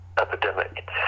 epidemic